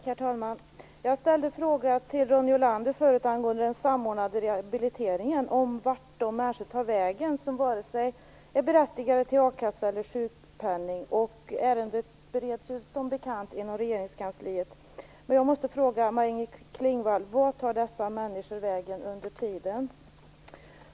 Herr talman! Jag ställde förut en fråga till Ronny Olander angående den samordnade rehabiliteringen, om vart de människor tar vägen som inte är berättigade till vare sig a-kassa eller sjukpenning. Ärendet bereds som bekant inom regeringskansliet. Jag måste fråga Maj-Inger Klingvall: Vart tar dessa människor vägen under tiden?